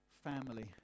family